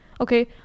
okay